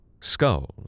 skull